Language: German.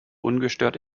ungestört